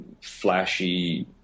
flashy